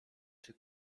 czy